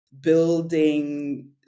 building